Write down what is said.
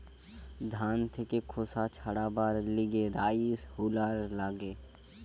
ধান থেকে খোসা ছাড়াবার লিগে রাইস হুলার লাগে